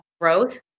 growth